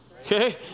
okay